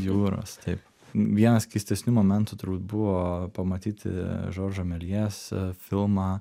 jūros taip vienas keistesnių momentų turbūt buvo pamatyti žoržo meljes filmą